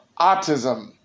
autism